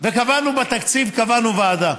וקבענו, בתקציב קבענו ועדה,